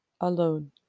alone